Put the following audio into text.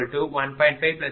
52